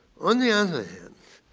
on the other hand,